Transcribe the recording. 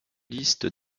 listes